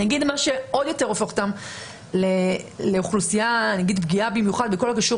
מה עוד יותר הופך אותם לאוכלוסייה פגיעה במיוחד בכל הקשור